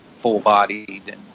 full-bodied